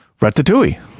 Ratatouille